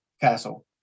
castle